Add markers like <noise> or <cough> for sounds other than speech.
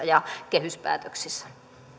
<unintelligible> ja kehyspäätöksissä